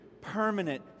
permanent